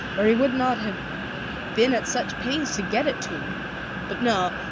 or he would not have been at such pains to get it to me but no.